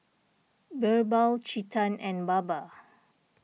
Birbal Chetan and Baba